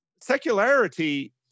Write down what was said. secularity